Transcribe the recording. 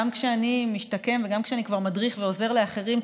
גם כשאני משתקם וגם כשאני כבר מדריך ועוזר לאחרים,